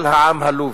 על העם הלובי.